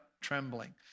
trembling